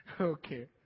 Okay